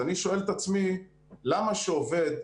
אני שואל את עצמי למה שעובד,